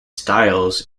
styles